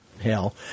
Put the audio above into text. hell